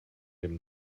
him